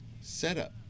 setup